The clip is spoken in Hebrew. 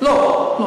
לא.